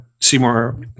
Seymour